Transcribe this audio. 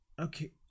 okay